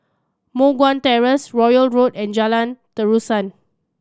Moh Guan Terrace Royal Road and Jalan Terusan